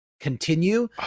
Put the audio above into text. continue